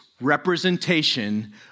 representation